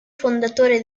fondatore